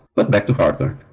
but back to heartburn.